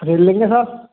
खरीद लेंगे साहब